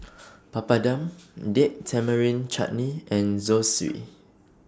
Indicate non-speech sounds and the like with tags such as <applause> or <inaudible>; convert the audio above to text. <noise> Papadum Date Tamarind Chutney and Zosui